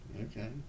Okay